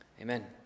Amen